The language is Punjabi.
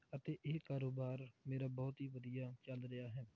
ਅਤੇ ਇਹ ਕਾਰੋਬਾਰ ਮੇਰਾ ਬਹੁਤ ਹੀ ਵਧੀਆ ਚੱਲ ਰਿਹਾ ਹੈ